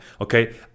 okay